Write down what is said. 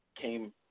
came